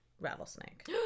rattlesnake